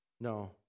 No